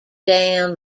down